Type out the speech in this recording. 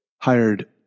hired